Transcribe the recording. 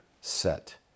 set